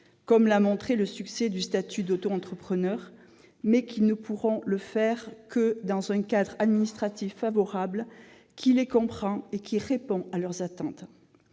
comme l'a montré le succès du statut d'auto-entrepreneur, mais ils ne pourront le faire que dans un cadre administratif favorable susceptible de comprendre et de répondre à leurs attentes.